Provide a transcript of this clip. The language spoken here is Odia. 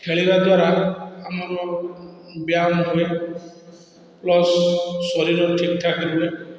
ଖେଳିବା ଦ୍ୱାରା ଆମର ବ୍ୟାୟାମ ହୁଏ ପ୍ଲସ୍ ଶରୀର ଠିକ୍ ଠାକ୍ ରୁହେ